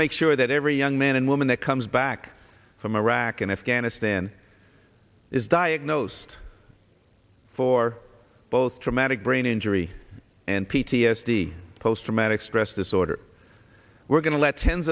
make sure that every young man and woman that comes back from iraq and afghanistan is diagnosed for both traumatic brain injury and p t s d post traumatic stress disorder we're going to let tens